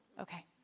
okay